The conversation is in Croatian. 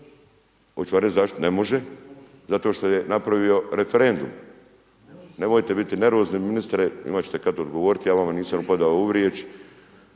vam reć zašto ne može, zato što je napravio referendum, nemojte biti nervozni ministre imat ćete kad odgovorit ja vama nisam upadao u riječ,